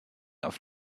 auf